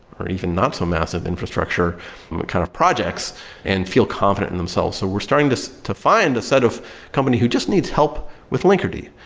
or even not so massive infrastructure kind of projects and feel confident in themselves so we're starting to find a set of company who just needs help with linkerd.